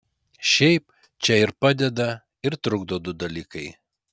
šiaip čia ir padeda ir trukdo du dalykai